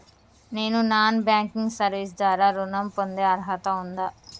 నేను non banking service ద్వారా ఋణం పొందే అర్హత ఉందా?